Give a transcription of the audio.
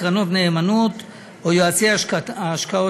קרנות נאמנות או יועצי השקעות,